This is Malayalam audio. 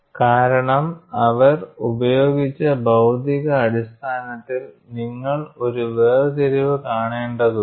കാരണം അവർ ഉപയോഗിച്ച ഭൌതിക അടിസ്ഥാനത്തിൽ നിങ്ങൾ ഒരു വേർതിരിവ് കാണേണ്ടതുണ്ട്